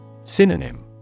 synonym